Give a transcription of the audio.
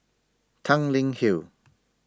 Tanglin Hill